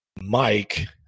Mike